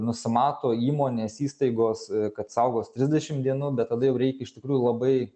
nusimato įmonės įstaigos kad saugos trisdešim dienų bet tada jau reikia iš tikrųjų labai